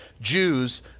Jews